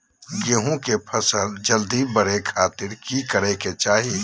गेहूं के फसल जल्दी बड़े खातिर की करे के चाही?